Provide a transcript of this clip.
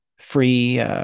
free